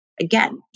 again